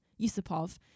Yusupov